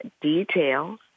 details